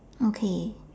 okay